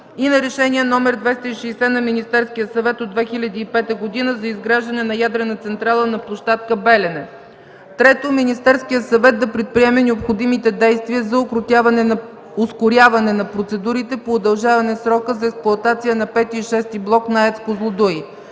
и на Решение № 260 на Министерския съвет от 2005 г. за изграждане на ядрена централа на площадка „Белене”. 3. Министерският съвет да предприеме необходимите действия за ускоряване на процедурите по удължаване срока за експлоатация на V и VІ блок на АЕЦ „Козлодуй”.